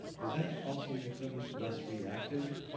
does that also make them less reactive?